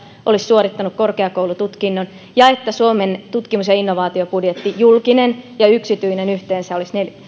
olisi suorittanut korkeakoulututkinnon ja että suomen tutkimus ja innovaatiobudjetti julkinen ja yksityinen yhteensä